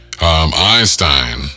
Einstein